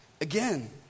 again